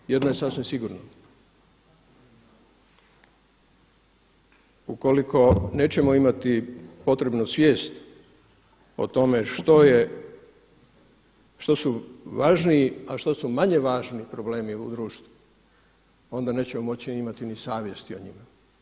Ali jedno je sasvim sigurno, ukoliko nećemo imati potrebnu svijest o tome što su važniji, a što su manje važni problemi u društvu onda nećemo moći imati ni savjesti o njima.